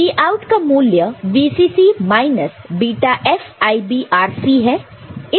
Vout का मूल्य VCC minus βFIBRC है